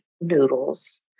noodles